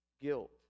guilt